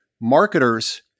Marketers